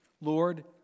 Lord